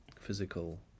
physical